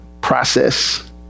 process